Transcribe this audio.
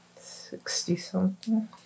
Sixty-something